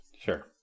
Sure